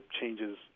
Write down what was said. changes